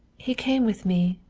he came with me,